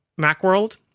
Macworld